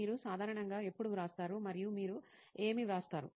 మీరు సాధారణంగా ఎప్పుడు వ్రాస్తారు మరియు మీరు ఏమి వ్రాస్తారు